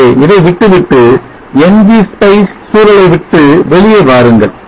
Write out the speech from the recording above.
ஆகவே இதை விட்டுவிட்டு ng spice சூழலை விட்டு வெளியே வாருங்கள்